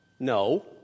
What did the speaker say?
No